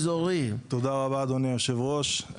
תודה רבה אדוני יושב הראש,